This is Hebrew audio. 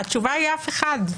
והתשובה היא: אף אחד.